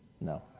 No